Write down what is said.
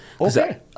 Okay